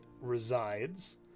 resides